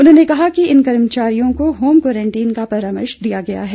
उन्होंने कहा कि इन कर्मचारियों होम क्वारन्टीन का परामर्श दिया गया है